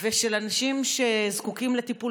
ושל אנשים שזקוקים לטיפול,